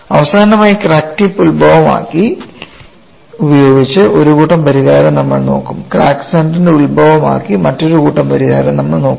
അവസാനമായി crack tip ഉൽഭവം ആക്കി ഉപയോഗിച്ച് ഒരു കൂട്ടം പരിഹാരം നമ്മൾ നോക്കും ക്രാക്ക് സെൻറർ ഉൽഭവം ആക്കി മറ്റൊരു കൂട്ടം പരിഹാരം നമ്മൾ നോക്കും